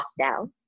lockdown